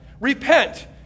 repent